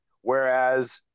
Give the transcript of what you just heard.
whereas